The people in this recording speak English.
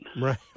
Right